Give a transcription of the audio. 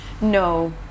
No